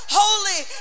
holy